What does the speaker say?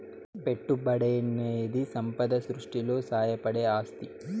పెట్టుబడనేది సంపద సృష్టిలో సాయపడే ఆస్తి